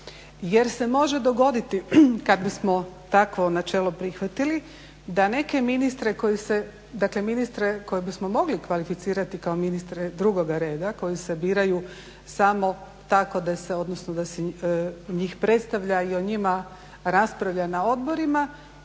Jer se može dogoditi kada smo takvo načelo prihvatili da neke ministre koje bismo mogli kvalificirati kao ministre drugoga reda koji se biraju samo tako da se njih predstavlja i o njima raspravlja na odborima